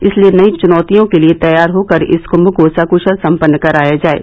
इसलिए नई चुनौतियों के लिए तैयार होकर इस कुंग को सकुशल संपन्न कराया जाये